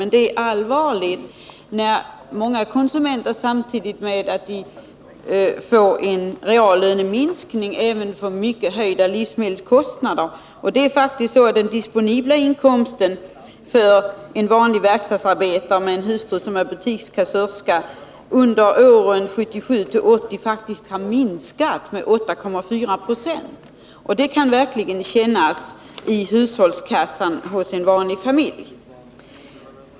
Men det är allvarligt när många konsumenter samtidigt med att de får en reallöneminskning även får kraftigt höjda livsmedelskostnader. Det är faktiskt så att den disponibla inkomsten för en vanlig verkstadsarbetare med en hustru som är butikskassörska under åren 1977-1980 faktiskt har minskat med 8,4 96, och det kan verkligen märkas i hushållskassan hos en vanlig familj.